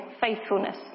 faithfulness